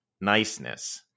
niceness